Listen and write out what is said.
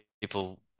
people